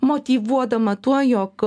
motyvuodama tuo jog